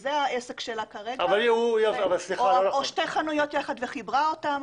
וזה העסק שלה כרגע או שכרה שתי חנויות יחד וחיברה אותן.